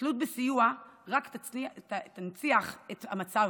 תלות בסיוע רק תנציח את המצב,